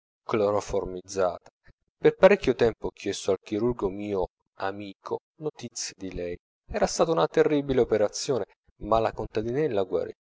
dormiva cloroformizzata per parecchio tempo ho chiesto al chirurgo mio amico notizie di lei era stata una terribile operazione ma la contadinella guarì